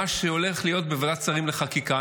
שהולך להיות בוועדת שרים לחקיקה.